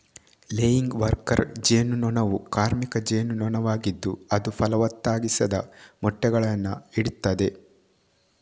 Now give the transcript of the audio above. laying worker ಜೇನು ನೊಣವು ಕಾರ್ಮಿಕ ಜೇನು ನೊಣವಾಗಿದ್ದು ಅದು ಫಲವತ್ತಾಗಿಸದ ಮೊಟ್ಟೆಗಳನ್ನ ಇಡ್ತದೆ